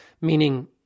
Meaning